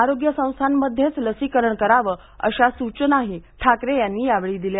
आरोग्य संस्थांमध्येच लसीकरण करावं अशा सूचनाही ठाकरे यांनी यावेळी दिल्या